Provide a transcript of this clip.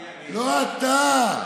לא אתה.